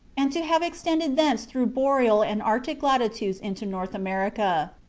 and to have extended thence through boreal and arctic latitudes into north america.